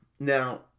Now